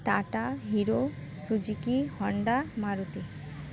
Tata hero Suzuki Honda Maruti